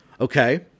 Okay